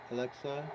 Alexa